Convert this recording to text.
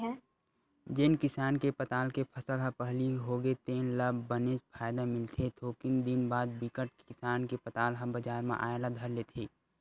जेन किसान के पताल के फसल ह पहिली होगे तेन ल बनेच फायदा मिलथे थोकिन दिन बाद बिकट किसान के पताल ह बजार म आए ल धर लेथे